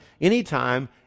anytime